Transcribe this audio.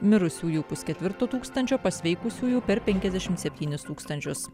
mirusiųjų pusketvirto tūkstančio pasveikusiųjų per penkiasdešimt septynis tūkstančius